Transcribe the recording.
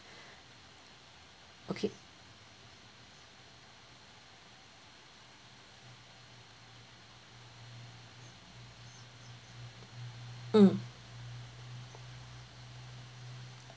okay mm